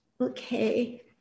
Okay